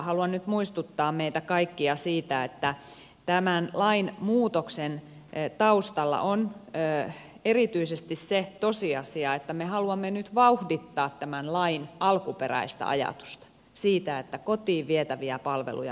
haluan nyt muistuttaa meitä kaikkia siitä että tämän lainmuutoksen taustalla on erityisesti se tosiasia että me haluamme nyt vauhdittaa tämän lain alkuperäistä ajatusta siitä että kotiin vietäviä palveluja vahvistetaan